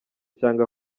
cyangwa